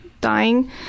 dying